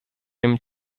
him